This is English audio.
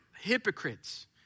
hypocrites